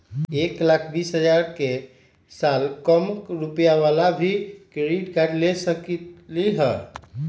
एक लाख बीस हजार के साल कम रुपयावाला भी क्रेडिट कार्ड ले सकली ह?